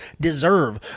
deserve